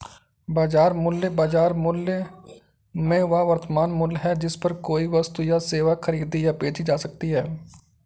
बाजार मूल्य, बाजार मूल्य में वह वर्तमान मूल्य है जिस पर कोई वस्तु या सेवा खरीदी या बेची जा सकती है